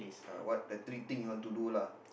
uh what the three thing you want to do lah